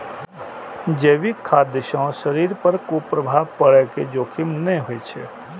जैविक खाद्य सं शरीर पर कुप्रभाव पड़ै के जोखिम नै होइ छै